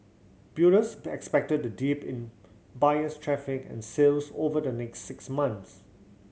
builders expected the dip in buyers traffic and sales over the next six months